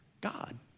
God